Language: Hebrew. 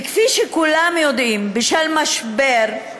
וכפי שכולם יודעים, בשל משבר,